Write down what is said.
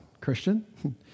Christian